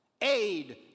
aid